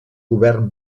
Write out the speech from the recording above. govern